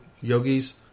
yogis